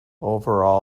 overall